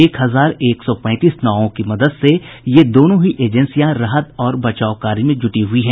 एक हजार एक सौ पैंतीस नावों की मदद से ये दोनों ही एजेंसियां राहत और बचाव कार्य में जुटी हुई हैं